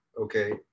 Okay